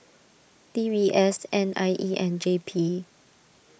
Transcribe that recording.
D B S N I E and J P